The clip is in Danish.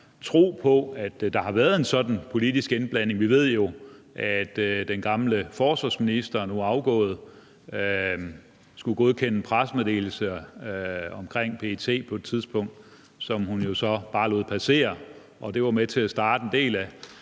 tro på, at der har været en sådan politisk indblanding. Vi ved jo, at den gamle forsvarsminister, der nu er gået af, på et tidspunkt skulle godkende en pressemeddelelse om PET, som hun jo så bare lod passere, og det var måske med til at starte en del af